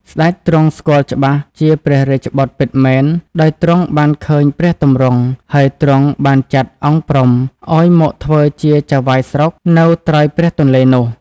សេ្តចទ្រង់ស្គាល់ច្បាស់ជាព្រះរាជបុត្រពិតមែនដោយទ្រង់បានឃើញព្រះទម្រង់ ហើយទ្រង់បានចាត់អង្គព្រំឲ្យមកធ្វើជាចៅហ្វាយស្រុកនៅត្រើយព្រះទនេ្លនោះ។